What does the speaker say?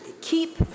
keep